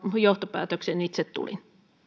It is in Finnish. johtopäätökseen itse tulin